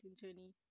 journey